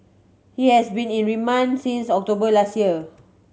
he has been in remand since October last year